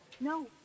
No